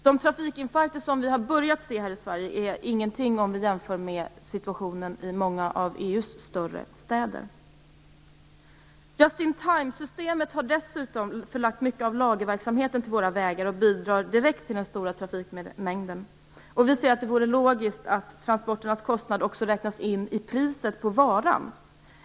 De trafikinfarkter vi har börjat se här i Sverige är ingenting jämfört med situationen i många av Just-in-time-systemet har dessutom förlagt mycket av lagerverksamheten till våra vägar, och bidrar direkt till den stora trafikmängden. Vänsterpartiet säger att det vore logiskt att transporternas kostnader också räknades in priset på varan.